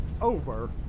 Over